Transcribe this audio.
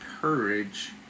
courage